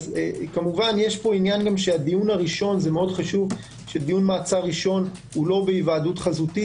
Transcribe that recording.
כמובן יש פה עניין שדיון מעצר ראשון הוא לא בהיוועצות חזותית